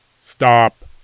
Stop